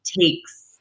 takes